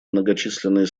многочисленные